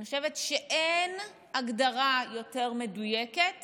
אני חושבת שאין הגדרה יותר מדויקת